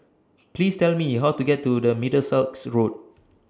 Please Tell Me How to get to Middlesex Road